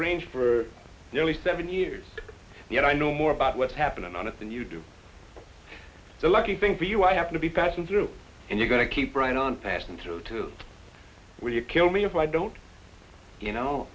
range for nearly seven years and i know more about what's happening on it than you do the lucky thing for you i have to be passing through and you're going to keep right on passing through to where you kill me if i don't you know